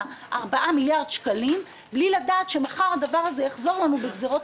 4 מיליארד שקלים בלי לדעת שמחר הדבר הזה יחזור לנו בגזרות